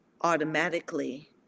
automatically